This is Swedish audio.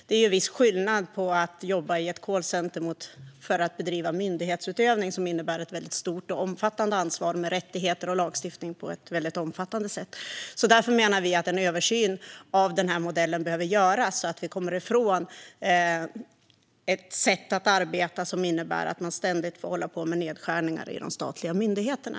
Det är en viss skillnad på att jobba i ett callcenter för att bedriva myndighetsutövning, som innebär ett mycket stort och omfattande ansvar med rättigheter och lagstiftning på ett mycket omfattande sätt. Därför menar vi att en översyn av denna modell behöver göras, så att vi kommer ifrån ett sätt att arbeta som innebär att man ständigt får hålla på med nedskärningar i de statliga myndigheterna.